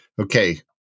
Okay